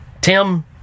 Tim